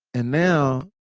and now